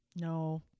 No